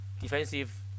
defensive